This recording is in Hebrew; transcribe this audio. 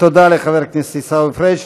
תודה לחבר הכנסת עיסאוי פריג'.